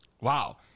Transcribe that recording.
Wow